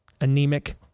anemic